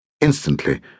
Instantly